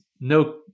no